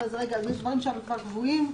אז רגע יש דברים שכבר קבועים,